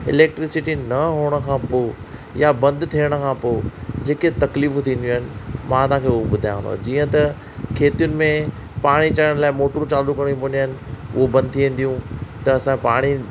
electricity न हुजण खां पोइ या बंदि थियण खां पोइ जेके तकलीफ़ूं थींदीयूं आहिनि मां तव्हांखे उहो ॿुधायां थो जीअं त खेतियुनि में पाणी चढ़नि लाइ मोटरूं चालू करणी पवंदियूं आहिनि उहे बंदि थी वेंदियूं त असां पाणी